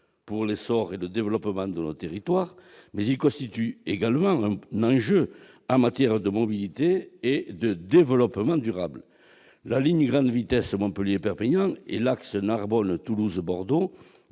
pour l'essor et le développement de nos territoires, mais également un enjeu en matière de mobilité et de développement durable. La ligne à grande vitesse Montpellier-Perpignan et l'axe Bordeaux-Toulouse-Narbonne